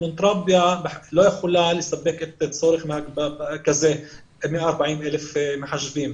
פילנתרופיה לא יכולה לספק צורך כזה ל-140,000 מחשבים.